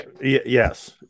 Yes